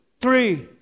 three